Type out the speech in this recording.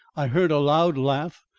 i heard a loud laugh,